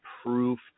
proof